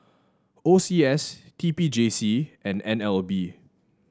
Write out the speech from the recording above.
O C S T P J C and N L B